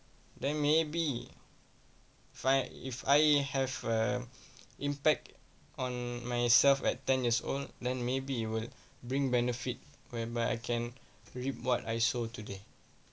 then maybe if I if I have a impact on myself at ten years old then maybe it will bring benefit whereby I can reap what I sow today